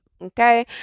okay